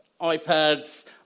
iPads